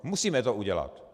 Musíme to udělat.